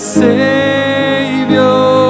savior